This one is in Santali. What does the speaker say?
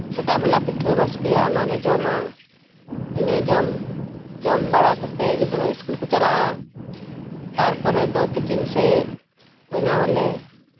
ᱥᱮᱛᱟᱜ ᱵᱮᱞᱟ ᱯᱤᱴᱷᱟᱹ ᱵᱟᱥᱠᱮᱭᱟᱜ ᱚᱱᱟ ᱞᱮ ᱡᱚᱢᱟ ᱤᱱᱟᱹ ᱡᱚᱢ ᱡᱚᱢ ᱵᱟᱲᱟ ᱠᱟᱛᱮᱫ ᱜᱤᱫᱽᱨᱟᱹ ᱠᱚ ᱤᱥᱠᱩᱞ ᱠᱚ ᱪᱟᱞᱟᱜᱼᱟ ᱛᱟᱨᱯᱚᱨᱮ ᱫᱚ ᱛᱤᱠᱤᱱ ᱥᱮᱫ ᱵᱮᱱᱟᱣᱟᱞᱮ